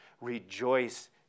Rejoice